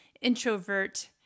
introvert